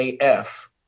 AF